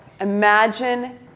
Imagine